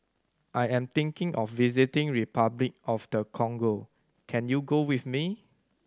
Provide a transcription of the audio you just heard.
I am thinking of visiting Repuclic of the Congo can you go with me